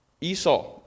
Esau